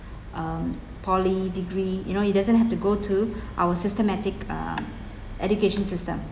um poly degree you know he doesn't have to go to our systematic um education system